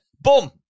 Boom